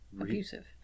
abusive